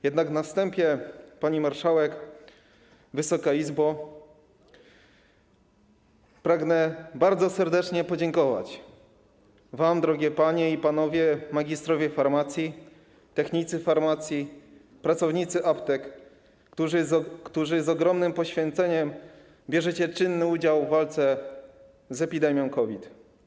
Jednak na wstępie, pani marszałek, Wysoka Izbo, pragnę bardzo serdecznie podziękować wam, drogie panie i panowie, magistrowie farmacji, technicy farmacji, pracownicy aptek, którzy z ogromnym poświęceniem bierzecie czynny udział w walce z epidemią COVID.